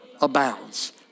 abounds